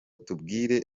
tubwire